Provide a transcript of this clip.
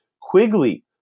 Quigley